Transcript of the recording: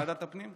ועדת הפנים?